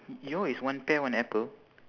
y~ your is one pear one apple